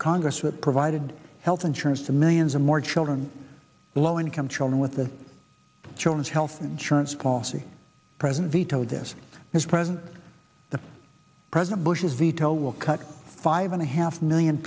congress that provided health insurance to millions of more children low income children with the children's health insurance policy president vetoed this his present the president bush's veto will cut five and a half million